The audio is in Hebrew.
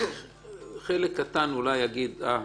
חלק קטן אולי יגיד: אה,